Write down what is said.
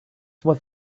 was